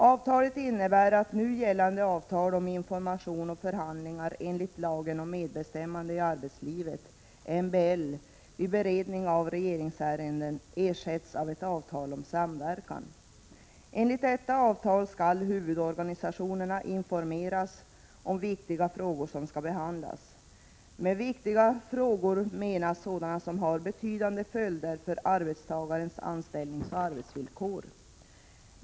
Avtalet innebär att nu gällande avtal om information och förhandlingar enligt lagen om medbestämmande i arbetslivet vid beredning av regeringsärenden ersätts av ett avtal om samverkan. Enligt detta avtal skall huvudorganisationerna informeras om viktiga frågor som skall behandlas. Med viktiga frågor menas sådana som har betydande följder för arbetstagares anställningsoch arbetsvillkor.